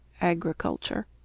agriculture